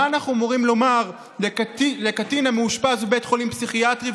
מה אנחנו אמורים לומר לקטין המאושפז בבית חולים פסיכיאטרי,